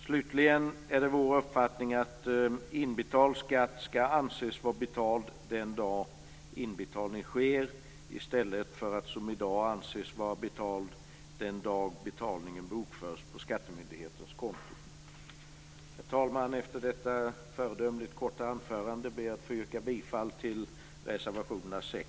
Slutligen är det vår uppfattningen att inbetald skatt skall anses vara betald den dag inbetalning sker i stället för att som i dag anses vara betald den dag betalningen bokförs på skattemyndighetens konto. Herr talman! Efter detta föredömligt korta anförande ber jag att få yrka bifall till reservationerna 6